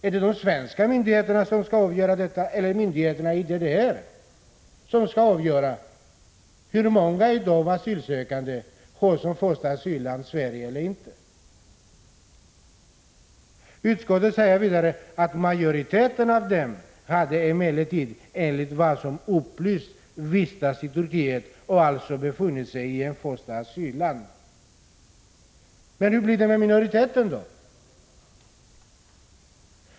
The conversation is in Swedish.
Är det de svenska myndigheterna eller myndigheterna i DDR som skall avgöra hur många av de asylsökande som har Sverige som första asylland? Utskottet säger vidare: ”Majoriteten av dem” — som kom via DDR - ”hade emellertid enligt vad som upplysts vistats i Turkiet och alltså befunnit sig i ett första asylland.” Men hur blir det med minoriteten?